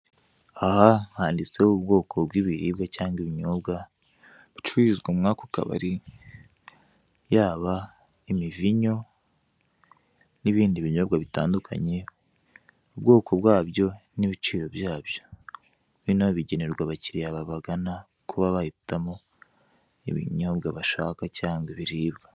Aha handitseho ubwoko bw'ibiribwa cyangwa ibinyobwa bicururizwa muri ako kabari yaba imivinyo n'ibindi binyobwa bitandukanye, ubwoko bwabyo n'ibiciro byabyo, bino bigenerwa abakiriya babagana kuba bahitamo ibinyobwa bashaka cyangwa ibiribwa.